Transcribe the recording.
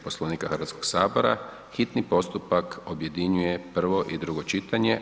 Poslovnika Hrvatskoga sabora hitni postupak objedinjuje prvo i drugo čitanje.